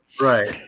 Right